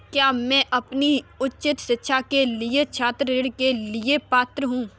क्या मैं अपनी उच्च शिक्षा के लिए छात्र ऋण के लिए पात्र हूँ?